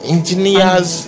Engineers